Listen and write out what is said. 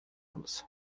los